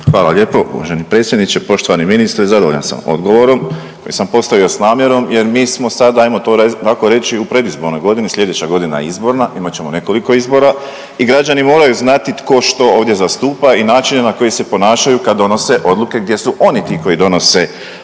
Hvala lijepo uvaženi predsjedniče. Poštovani ministre, zadovoljan sam odgovorom koji sam postavio s namjerom jer mi smo sada, ajmo to onako reći, u predizbornoj godini, slijedeća godina je izborna, imat ćemo nekoliko izbora i građani moraju znati tko što ovdje zastupa i načini na koji se ponašaju kad donose odluke gdje su oni ti koji donose